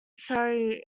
surrey